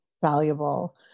valuable